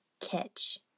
catch